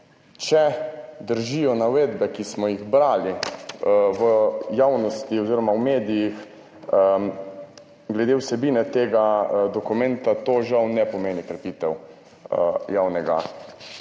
Če držijo navedbe, ki smo jih brali v javnosti oziroma v medijih glede vsebine tega dokumenta, to žal ne pomeni krepitev javnega